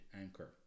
anchor